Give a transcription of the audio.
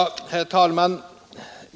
Herr talman!